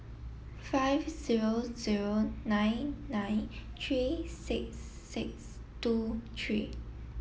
five zero zero nine nine three six six two three